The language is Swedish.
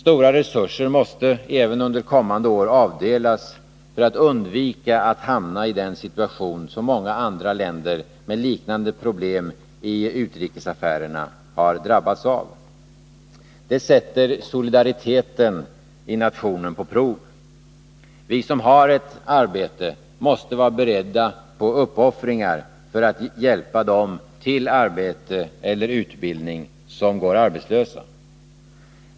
Stora resurser måste även under kommande år avdelas för att undvika att vi hamnar i den situation som många andra länder med liknande problem i utrikesaffärerna har drabbats av. Det sätter solidariteten i nationen på prov. Vi som har ett arbete måste vara beredda på uppoffringar för att hjälpa dem till arbete eller utbildning som går arbetslösa.